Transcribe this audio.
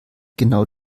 genau